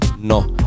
no